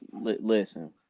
listen